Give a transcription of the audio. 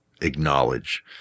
acknowledge